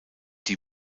die